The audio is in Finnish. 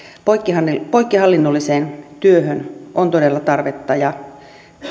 poikkihallinnolliseen työhön on todella tarvetta ja